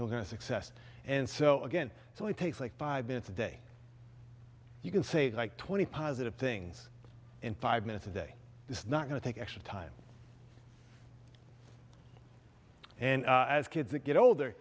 to success and so again so it takes like five minutes a day you can say like twenty positive things in five minutes a day is not going to take extra time and as kids get older